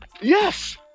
Yes